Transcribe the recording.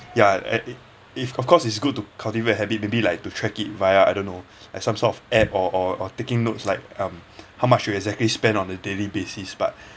ya and i~ of course it's good to cultivate a habit maybe like to track it via I don't know like some sort of app or or or taking notes like um how much you exactly spend on a daily basis but